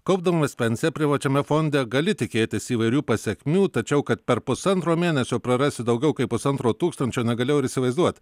kaupdamas pensiją privačiame fonde gali tikėtis įvairių pasekmių tačiau kad per pusantro mėnesio prarasi daugiau kaip pusantro tūkstančio negalėjau ir įsivaizduot